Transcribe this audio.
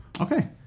Okay